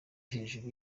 hejuru